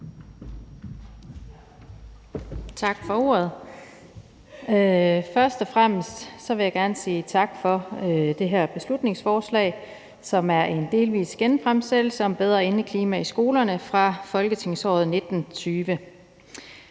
Tak for ordet. Først og fremmest vil jeg gerne sige tak for det her beslutningsforslag, som er en delvis genfremsættelse af et forslag om bedre indeklima i skolerne fra folketingsåret 2019-20.